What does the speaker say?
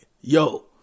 yo